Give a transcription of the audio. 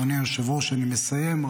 אדוני היושב-ראש, אני מסיים.